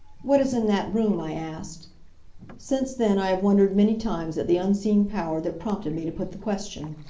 what is in that room? i asked since then i have wondered many times at the unseen power that prompted me to put the question.